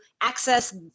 access